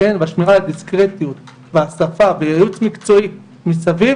והשמירה על דיסקרטיות והשפה וייעוץ מקצועי מסביב,